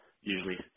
Usually